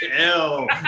Ew